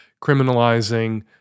criminalizing